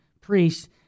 priests